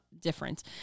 difference